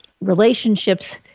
relationships